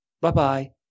Bye-bye